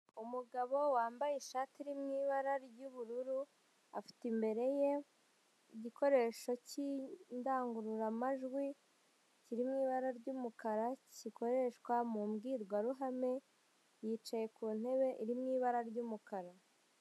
Umugabo wambaye ishati iri mu ibara ry'ubururu afite imbere ye igikoresho k'indangururamajwi kiririmo ibara ry'umukara gikoreshwa mu mbwirwaruhame yicaye ku ntebe iri mu ibara ry'umukara.